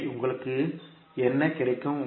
எனவே உங்களுக்கு என்ன கிடைக்கும்